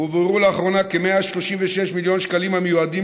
הועברו לאחרונה כ-136 מיליון שקלים המיועדים